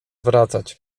wracać